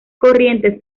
corrientes